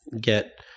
get